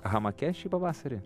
hamake šį pavasarį